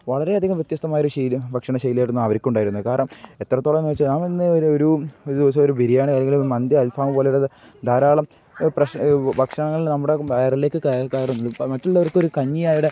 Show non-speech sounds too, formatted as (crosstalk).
വളരെയധികം വ്യത്യസ്തമായ ഒരു ശൈലി ഭക്ഷണ ശൈലിയായിട്ടന്ന് അവർക്ക് ഉണ്ടായിരുന്നു കാരണം എത്രത്തോളം എന്ന് വെച്ചാൽ നാന്ന് ഒരു ഒരു ദിവസം ഒരു ബിരിയാണി (unintelligible) മന്തി അൽഫാം പോലെ ധാരാളം ഭക്ഷണങ്ങൾ നമ്മുടെ വയറിലേക്ക് കഴിക്കാറുണ്ട് മറ്റുള്ളവർക്കൊരു കഞ്ഞിയായടെ